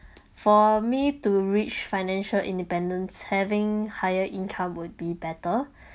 for me to reach financial independence having higher income would be better